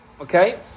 Okay